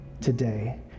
today